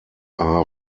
are